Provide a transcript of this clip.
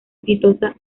exitosa